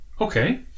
Okay